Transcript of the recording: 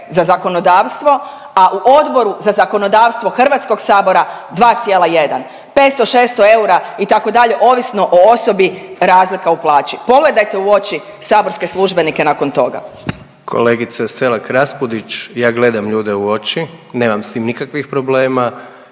za zakonodavstvo, a u Odboru za zakonodavstvo HS-a 2,1. 500, 600 eura, ovisno o osobi razlika u plaći. Pogledajte u oči saborske službenike nakon toga. **Jandroković, Gordan (HDZ)** Kolegice Selak Raspudić, ja gledam ljude u oči, nemam s tim nikakvih problema